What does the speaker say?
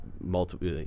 multiple